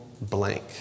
blank